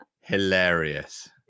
Hilarious